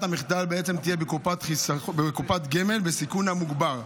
המחדל בעצם תהיה קופת גמל בסיכון המוגבר.